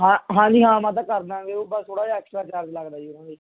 ਹਾਂ ਹਾਂਜੀ ਹਾਂ ਮਾਤਾ ਕਰ ਦਵਾਂਗੇ ਉਹ ਬਸ ਥੋੜ੍ਹਾ ਜਿਹਾ ਐਕਸਟਰਾ ਚਾਰਜ ਲੱਗਦਾ ਜੀ ਉਹਨਾਂ 'ਤੇ